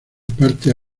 partes